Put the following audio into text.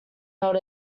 not